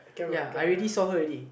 ya I already saw her already